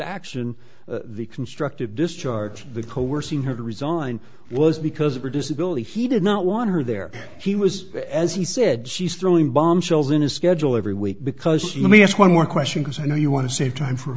action the constructive discharge the coercing her to resign was because of her disability he did not want her there he was as he said she's throwing bombshells in his schedule every week because let me ask one more question because i know you want to save time for